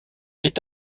est